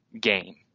game